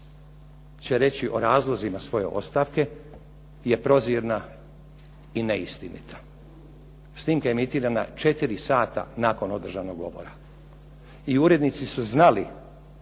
će reći o razlozima svoje ostavke je prozirna i neistinita. Snimka je emitirana 4 sata nakon održanog govora. I urednici su znali